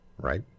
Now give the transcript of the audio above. Right